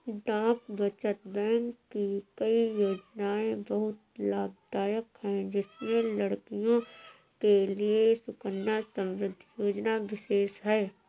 डाक बचत बैंक की कई योजनायें बहुत लाभदायक है जिसमें लड़कियों के लिए सुकन्या समृद्धि योजना विशेष है